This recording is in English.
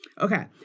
Okay